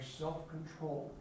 self-control